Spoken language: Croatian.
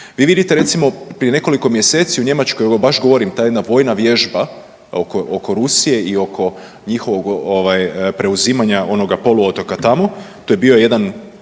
Vi vidite recimo prije nekoliko mjeseci u Njemačkoj, evo baš govorim ta jedna vojna vježba oko Rusije i oko njihovog preuzimanja onog poluotoka tamo to je bio jedan